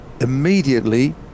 immediately